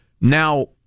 Now